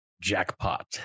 Jackpot